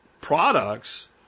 products